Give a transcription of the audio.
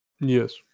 Yes